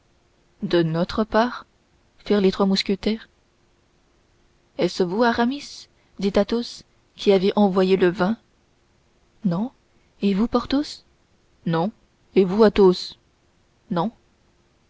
de notre part firent les trois mousquetaires est-ce vous aramis dit athos qui avez envoyé du vin non et vous porthos non et vous athos non